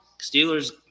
Steelers –